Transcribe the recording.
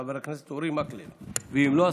חבר הכנסת אורי מקלב ואם לא,